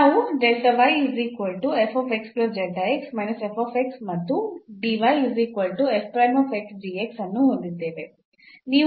ನಾವು ಮತ್ತು ಅನ್ನು ಹೊಂದಿದ್ದೇವೆ